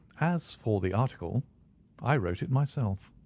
as for the article i wrote it myself.